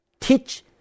teach